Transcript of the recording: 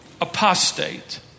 apostate